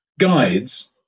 guides